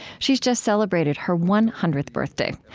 she's just celebrated her one hundredth birthday.